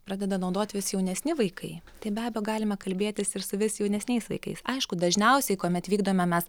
pradeda naudot vis jaunesni vaikai tai be abejo galime kalbėtis ir su tais jaunesniais vaikais aišku dažniausiai kuomet vykdome mes